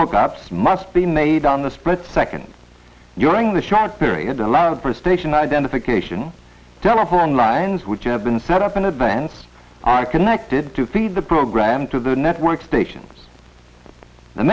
walk ups must be made on the split second during the shot period allowed for station identification telephone lines which have been set up in advance i connected to feed the program to the network stations the